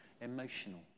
emotional